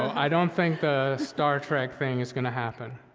i don't think the star trek thing is gonna happen,